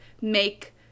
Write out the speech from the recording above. make